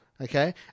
Okay